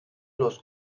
los